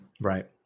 Right